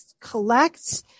collect